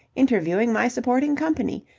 interviewing my supporting company.